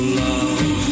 love